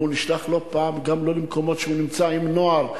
והוא נשלח לא פעם אחת גם לא למקומות שבהם הוא נמצא עם נוער,